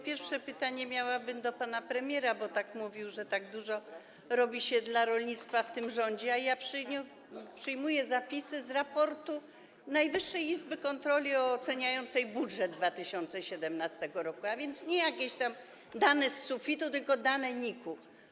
Pierwsze pytanie miałabym do pana premiera, bo mówił, że tak dużo robi się dla rolnictwa w tym rządzie, a ja przyjmuję zapisy z raportu Najwyższej Izby Kontroli oceniającej budżet 2017 r., a więc nie jakieś tam dane z sufitu, tylko dane NIK-u.